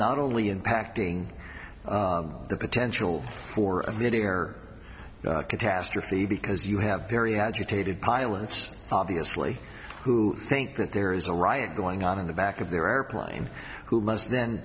not only impacting the potential for admitting error catastrophe because you have very agitated pilots obviously who think that there is a riot going on in the back of their airplane who must